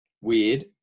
weird